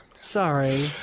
Sorry